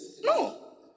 No